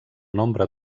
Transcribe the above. nombre